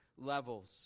levels